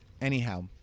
anyhow